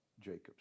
Jacob's